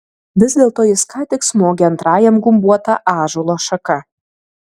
vis dėlto jis ką tik smogė antrajam gumbuota ąžuolo šaka